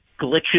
glitches